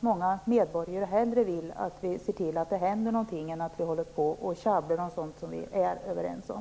Många medborgare vill nog hellre att vi ser till att det händer någonting än att vi håller på och käbblar om det som vi ändå är överens om.